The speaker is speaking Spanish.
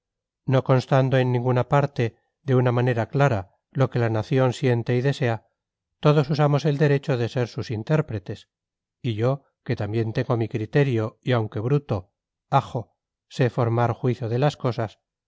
no constando en ninguna parte de una manera clara lo que la nación siente y desea todos usamos el derecho de ser sus intérpretes y yo que también tengo mi criterio y aunque bruto ajo sé formar juicio de las cosas